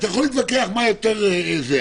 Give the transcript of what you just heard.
אתה יכול להתווכח מה יותר קל או קשה,